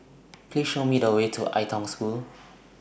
Please Show Me The Way to Ai Tong School